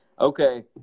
okay